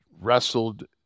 wrestled